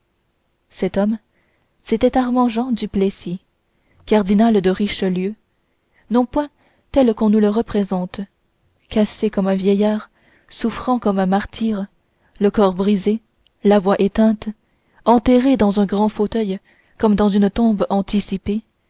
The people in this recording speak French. cet homme c'était armand jean duplessis cardinal de richelieu non point tel qu'on nous le représente cassé comme un vieillard souffrant comme un martyr le corps brisé la voix éteinte enterré dans un grand fauteuil comme dans une tombe anticipée